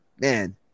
man